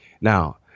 now